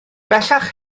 bellach